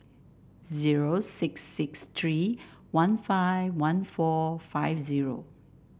zero six six three one five one four five zero